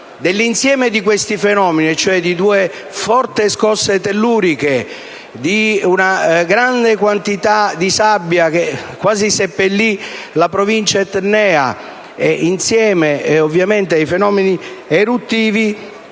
all'indomani di alcuni fenomeni, cioè di due forti scosse telluriche e di una grande quantità di sabbia che quasi seppellì la provincia etnea, insieme ovviamente ai fenomeni eruttivi,